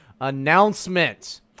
announcement